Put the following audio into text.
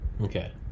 Okay